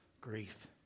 grief